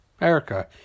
Erica